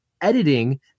editing